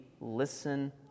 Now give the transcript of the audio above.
listen